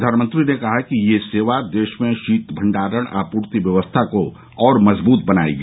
प्रधानमंत्री ने कहा कि यह सेवा देश में शीतभंडारण आपूर्ति व्यवस्था को और मजबूत बनाएगी